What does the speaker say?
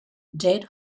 dead